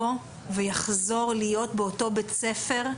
יחזור להיות באותו בית ספר.